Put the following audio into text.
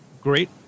great